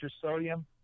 sodium